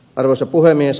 arvoisa puhemies